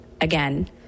again